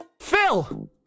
Phil